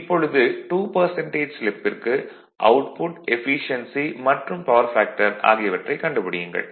இப்பொழுது 2 ஸ்லிப்பிற்கு output efficiency மற்றும் பவர் ஃபேக்டர் ஆகியவற்றைக் கண்டுபிடியுங்கள்